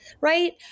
right